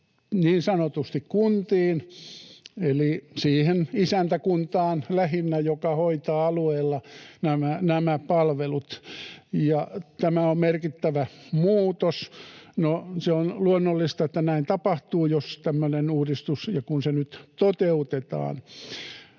niin sanotusti kuntiin eli siihen isäntäkuntaan lähinnä, joka hoitaa alueella nämä palvelut, ja tämä on merkittävä muutos. No, se on luonnollista, että näin tapahtuu, jos on tämmöinen uudistus, ja kun se nyt toteutetaan.